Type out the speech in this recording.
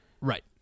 Right